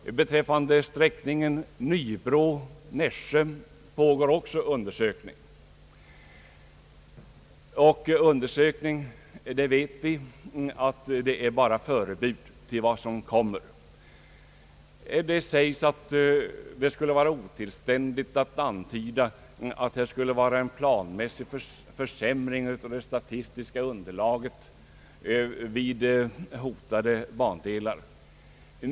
Även beträffande sträckningen Nybro—Nässjö pågår undersökning, och vi vet att undersökning är bara förebud till vad som kommer. Det sägs att det skulle vara otillständigt att antyda att det skulle ske en planmässig försämring av det statistiska underlaget vid hotade bandelar.